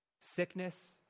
Sickness